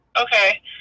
Okay